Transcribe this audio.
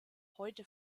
heute